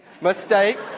mistake